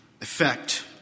effect